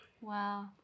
Wow